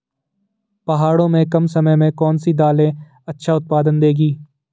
पहाड़ों में कम समय में कौन सी दालें अच्छा उत्पादन देंगी?